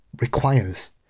requires